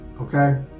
okay